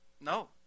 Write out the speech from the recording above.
No